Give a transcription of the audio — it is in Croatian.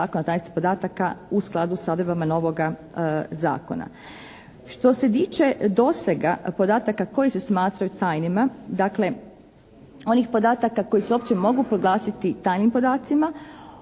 tajnosti podataka u skladu sa odredbama novoga zakona. Što se tiče dosega podataka koji se smatraju tajnima, dakle onih podataka koji se uopće mogu proglasiti tajnim podacima,